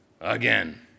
again